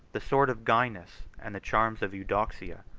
the sword of gainas, and the charms of eudoxia,